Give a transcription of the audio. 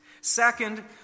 Second